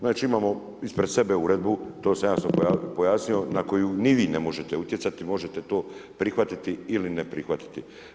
Znači, imamo ispred sebe Uredbu, to sam jasno pojasnio, na koju ni vi ne možete utjecati, možete to prihvatiti ili ne prihvatiti.